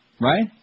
Right